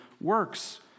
works